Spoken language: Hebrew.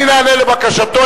אני נענה לבקשתו,